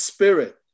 Spirit